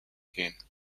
gehen